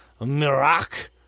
Mirac